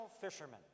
fishermen